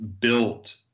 built